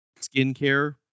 Skincare